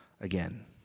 again